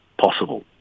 possible